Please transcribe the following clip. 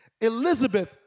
Elizabeth